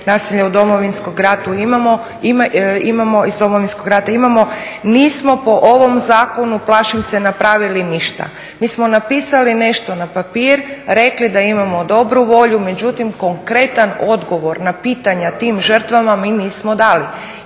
Nismo po ovom zakonu plašim se napravili ništa. Mi smo napisali nešto na papir, rekli da imamo dobru volju. Međutim, konkretan odgovor na pitanja tim žrtvama mi nismo dali.